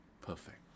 perfect